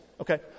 okay